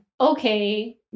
okay